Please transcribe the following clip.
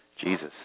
Jesus